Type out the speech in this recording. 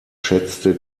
schätzte